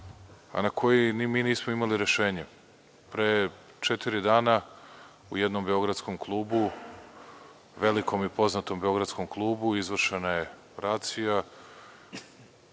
a na koji mi nismo imali rešenje. Pre četiri dana u jednom beogradskom klubu, velikom i poznatom beogradskom klubu izvršena je racija